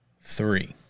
Three